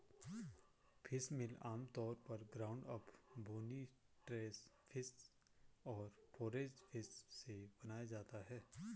fishmeal आमतौर पर ground up, bony trash fish और फोरेज फिश से बनाया जाता है